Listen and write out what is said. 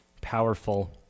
powerful